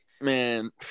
man